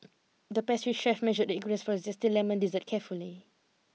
the pastry chef measured the ingredients for a zesty lemon dessert carefully